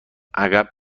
عقب